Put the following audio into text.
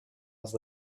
was